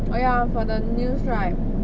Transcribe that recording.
oh ya for the news right